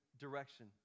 direction